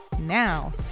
now